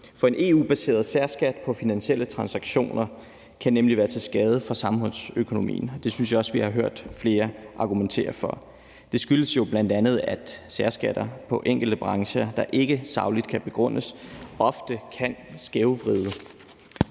for en EU-baseret særskat på finansielle transaktioner kan nemlig være til skade for samfundsøkonomien. Det synes jeg også vi har hørt flere argumentere for. Det skyldes jo bl.a., at særskatter på enkelte brancher, der ikke sagligt kan begrundes, ofte kan skævvride